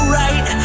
right